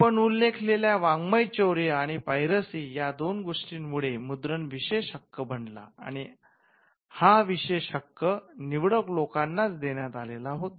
आपण उल्लेखलेल्या वाड्ःमयचौर्य आणि पायरसी ह्या दोन गोष्टीं मुळे मुद्रण विशेषहक्क बनला आणि हा विशेष हक्क निवडक लोकांनाच देण्यात आलेला होता